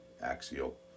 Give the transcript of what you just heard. Axial